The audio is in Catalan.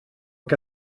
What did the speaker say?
que